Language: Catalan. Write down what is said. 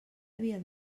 havia